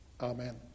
Amen